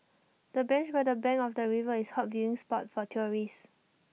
the bench by the bank of the river is hot viewing spot for tourists